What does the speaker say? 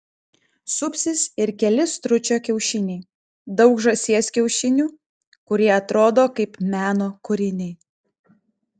supsis ir keli stručio kiaušiniai daug žąsies kiaušinių kurie atrodo kaip meno kūriniai